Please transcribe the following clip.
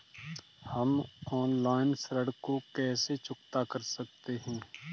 हम ऑनलाइन ऋण को कैसे चुकता कर सकते हैं?